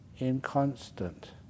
inconstant